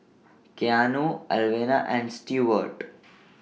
Keanu Alvena and Stewart